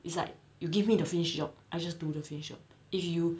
it's like you give me the finish job I just do the finish job if you